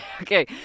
Okay